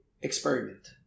experiment